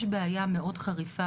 יש בעיה מאוד חריפה,